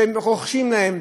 והם רוכשים להם,